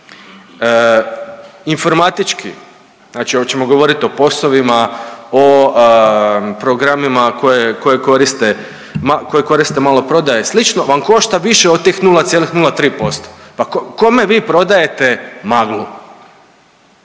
informatički, znači hoćemo govoriti o POS-ovima, o programima koje koriste maloprodaje i slično vam košta više od tih 0,03%. Pa kome vi prodajete maglu?